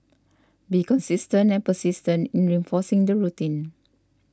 be consistent and persistent in reinforcing the routine